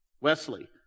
Wesley